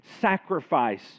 sacrifice